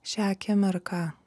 šią akimirką